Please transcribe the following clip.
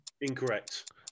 Incorrect